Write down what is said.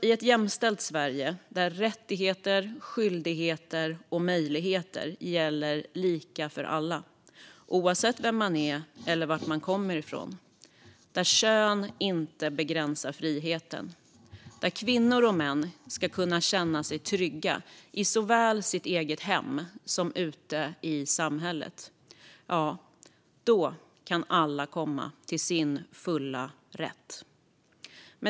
I ett jämställt Sverige där rättigheter, skyldigheter och möjligheter gäller lika för alla, oavsett vem man är eller var man kommer från, där kön inte begränsar friheten och där kvinnor och män ska kunna känna sig trygga såväl i sitt eget hem som ute i samhället kan alla komma till sin fulla rätt.